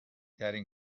ترین